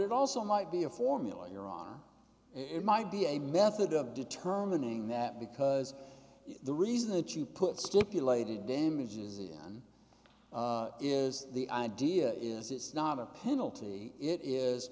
it also might be a formula your honor it might be a method of determining that because the reason that you put stipulated damages in is the idea is it's not a penalty i